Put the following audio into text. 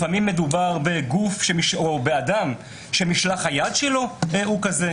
לפעמים מדובר בגוף או באדם שמשלח היד שלו הוא כזה.